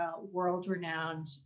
world-renowned